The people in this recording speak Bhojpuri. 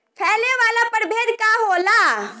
फैले वाला प्रभेद का होला?